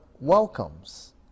welcomes